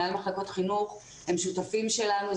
מנהלי מחלקות חינוך הם שותפים שלנו.